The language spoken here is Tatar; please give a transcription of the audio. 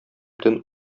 төн